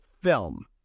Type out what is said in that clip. film